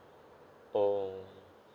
oh